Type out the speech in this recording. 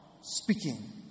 Speaking